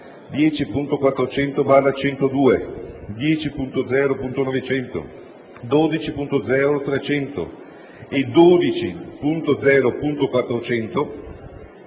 10.400/102, 10.0.900, 12.0.300 e 12.0.400